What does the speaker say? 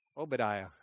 Obadiah